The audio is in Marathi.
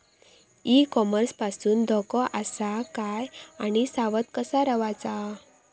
ई कॉमर्स पासून धोको आसा काय आणि सावध कसा रवाचा?